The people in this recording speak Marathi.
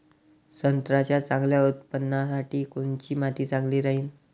संत्र्याच्या चांगल्या उत्पन्नासाठी कोनची माती चांगली राहिनं?